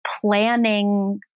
planning